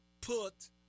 put